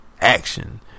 action